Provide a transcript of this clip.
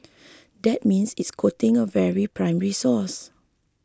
that means it's quoting a very primary source